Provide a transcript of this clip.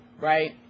right